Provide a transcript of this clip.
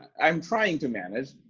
i'm trying to manage,